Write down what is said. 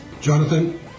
Jonathan